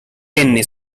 tenne